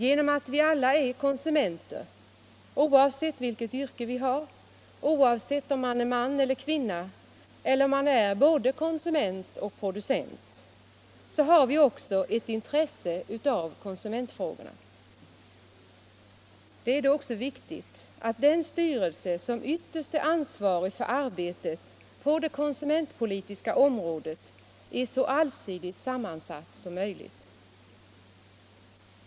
Genom att vi alla är konsumenter, oavsett vilket yrke vi har, oavsett om man är man eller kvinna eller om man är både konsument och producent, så har vi också ett intresse av konsumentfrågor. Det är då också viktigt att den styrelse som ytterst är ansvarig för arbetet på det konsumentpolitiska området är så allsidigt sammansatt som möjligt.